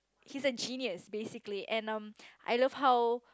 he's a genius basically and um I love how